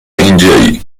اینجایی